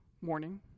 morning